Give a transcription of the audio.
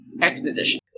exposition